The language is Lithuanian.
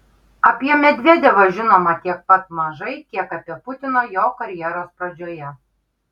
apie medvedevą žinoma tiek pat mažai kiek apie putiną jo karjeros pradžioje